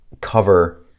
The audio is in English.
cover